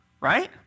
right